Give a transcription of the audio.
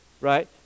right